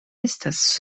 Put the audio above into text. estas